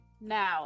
now